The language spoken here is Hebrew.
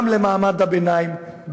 גם למעמד הביניים,